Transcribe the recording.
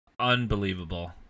unbelievable